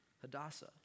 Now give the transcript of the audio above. Hadassah